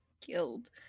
killed